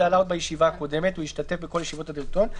זה עלה עוד בישיבה הקודמת: "הוא ישתתף בכל ישיבות הדירקטוריון".